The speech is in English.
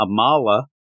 Amala